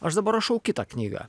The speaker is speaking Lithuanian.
aš dabar rašau kitą knygą